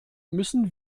müssen